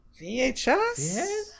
VHS